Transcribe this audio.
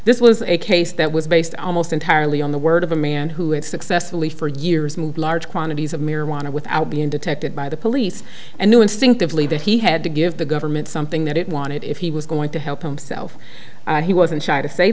this was a case that was based almost entirely on the word of a man who had successfully for years moved large quantities of marijuana without being detected by the police and knew instinctively that he had to give the government something that it wanted if he was going to help himself he wasn't shy to say